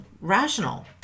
rational